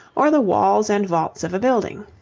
or the walls and vaults of a building.